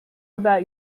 about